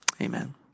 amen